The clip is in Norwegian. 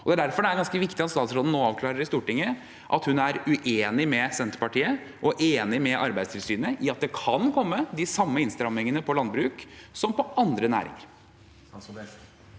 Derfor er det ganske viktig at statsråden nå avklarer i Stortinget at hun er uenig med Senterpartiet og enig med Arbeidstilsynet i at de samme innstrammingene kan komme på landbruk som på andre næringer.